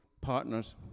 partners